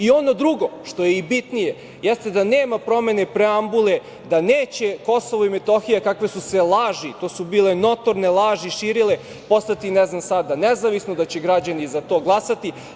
Ono drugo što je i bitnije, jeste da nema promene preambule, da neće Kosovo i Metohija, kakve su se laži, to su bile notorne laži širile, postati nezavisne, da će građani za to glasati.